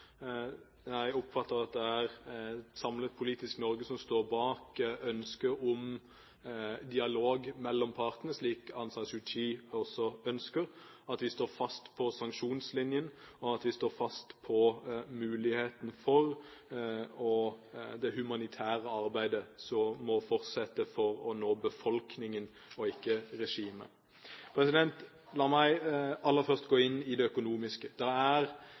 Jeg oppfatter at det er et samlet politisk Norge som står bak ønsket om dialog mellom partene, slik Aung San Suu Kyi også ønsker, at vi står fast på sanksjonslinjen, og at vi står fast på muligheten for det humanitære arbeidet som må fortsette for å nå befolkningen og ikke regimet. La meg aller først gå inn i det økonomiske. Det er